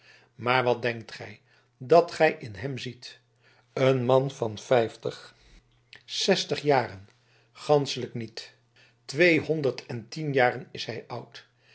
maar wat denkt gij dat gij in hem ziet een man van vijftig zestig jaren ganschelijk niet tweehonderd en tien jaren is hij oud